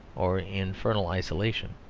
or infernal isolation.